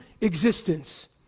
existence